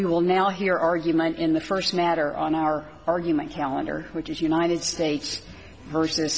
will now hear argument in the first matter on our argument calendar which is united states versus